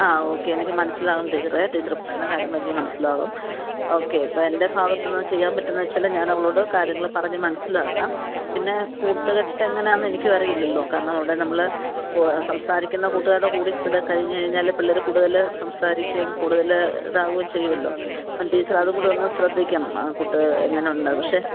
ആ ഓക്കെ എനിക്ക് മനസ്സിലാവും ടീച്ചറെ ടീച്ചറ് പറയുന്ന കാര്യങ്ങൾ എനിക്ക് മനസ്സിലാവും ഓക്കെ അപ്പോൾ എൻ്റെ ഭാഗത്തുനിന്ന് ചെയ്യാൻ പറ്റുന്നവെച്ചാൽ ഞാൻ അവളോട് കാര്യങ്ങൾ പറഞ്ഞ് മനസ്സിലാക്കാം പിന്നെ കൂട്ടുകെട്ട് എങ്ങനെയാണെന്ന് എനിക്കു അറിയില്ലല്ലോ കാരണം അവിടെ നമ്മൾ ഇപ്പോൾ സംസാരിക്കുന്ന കൂട്ടുകാരുടെ കൂടെ കഴിഞ്ഞ് കഴിഞ്ഞാൽ പിള്ളേർ കൂടുതൽ സംസാരിക്കും കൂടുതൽ ഇതാവുകയും ചെയ്യോമല്ലോ അപ്പം ടീച്ചറ് അതുംകൂടെ ഒന്ന് ശ്രദ്ധിക്കണം ആ കൂട്ട് എങ്ങനെയുണ്ട് പക്ഷെ